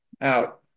out